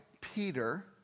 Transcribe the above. Peter